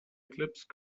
eclipse